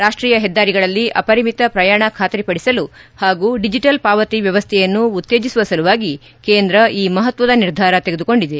ರಾಷ್ಟೀಯ ಹೆದ್ದಾರಿಗಳಲ್ಲಿ ಅಪರಿಮಿತ ಪ್ರಯಾಣ ಖಾತರಿಪದಿಸಲು ಹಾಗೂ ಡಿಜಿಟಲ್ ಪಾವತಿ ವ್ಯವಸ್ಥೆಯನ್ನು ಉತ್ತೇಜಿಸುವ ಸಲುವಾಗಿ ಕೇಂದ್ರ ಈ ಮಹತ್ಯದ ನಿರ್ಧಾರ ತೆಗೆದುಕೊಂಡಿದೆ